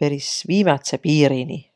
peris viimädse piiriniq.